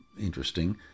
interesting